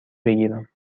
بگیرم